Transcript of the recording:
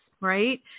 right